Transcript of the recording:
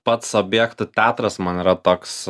pats objektų teatras man yra toks